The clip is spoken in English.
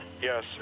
Yes